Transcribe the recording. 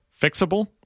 fixable